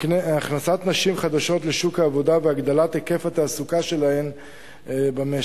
הכנסת נשים חדשות לשוק העבודה והגדלת היקף התעסוקה שלהן במשק.